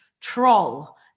troll